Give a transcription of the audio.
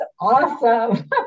awesome